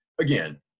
again